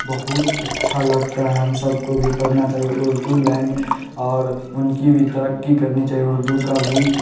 بہت اچھا لگتا ہے ہم سب کو بھی پڑھنا چاہیے اردو لین اور ان کی بھی ترقی کرنی چاہیے اردو کا بھی